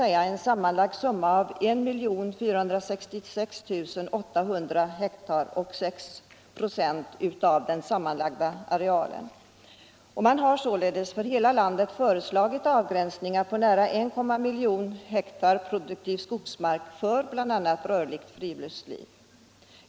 Det blir sammanlagt 1466 800 hektar och 6 96 av den sammanlagda arealen produktiv skogsmark. Man har således för hela landet föreslagit avgränsningar på nära 1,5 miljoner hektar produktiv skogsmark för rörligt friluftsliv.